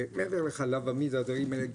מעבר לחלב עמיד והדברים האלה,